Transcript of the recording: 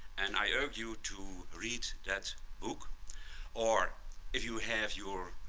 and i urge you to read that book or if you have your